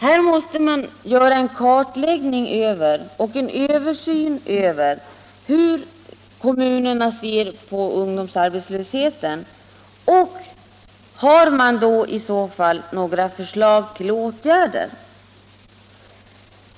Man måste göra en kartläggning och översyn av hur kommunerna ser på ungdomsarbetslösheten och om de har några förslag till åtgärder.